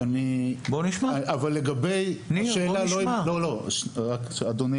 זאת לא שאלה